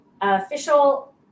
official